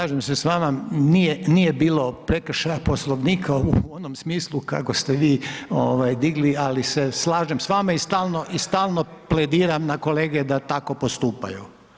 Slažem se s vama, nije bilo prekršaja Poslovnika u onom smislu kako ste vi digli, ali ste slažem s vama i stalno plediram na kolege da tako postupaju.